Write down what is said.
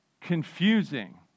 confusing